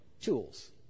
tools